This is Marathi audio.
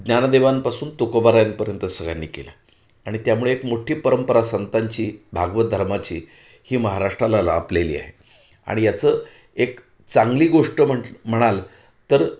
ज्ञानदेवांपासून तुकोबारायांपर्यंत सगळ्यांनी केला आणि त्यामुळे एक मोठी परंपरा संतांची भागवत धर्माची ही महाराष्ट्राला लाभलेली आहे आणि याचं एक चांगली गोष्ट म्हट म्हणाल तर